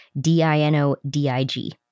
D-I-N-O-D-I-G